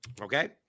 Okay